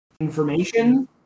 information